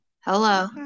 Hello